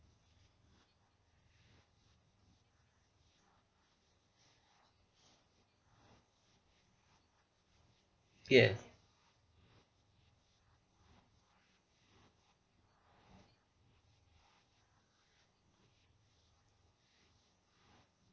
yes